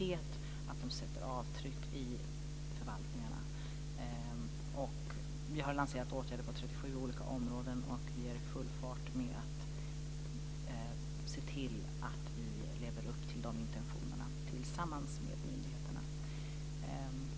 Det är viktigt att de sätter avtryck i förvaltningarna. Vi har lanserat åtgärder på 37 olika områden, och vi är i full färd med att se till att vi lever upp till de här intentionerna tillsammans med myndigheterna.